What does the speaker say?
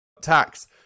tax